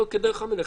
למה לא כדרך המלך?